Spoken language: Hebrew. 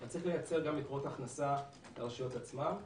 אבל צריך לייצר גם מקורות הכנסה לרשויות עצמן.